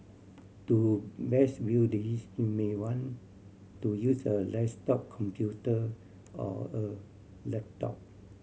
to best view this you may want to use a desktop computer or a laptop